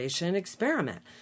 Experiment